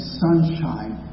sunshine